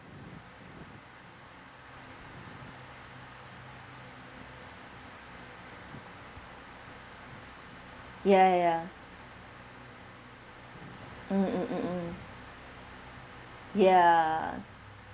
ya ya ya mm mm mm mm ya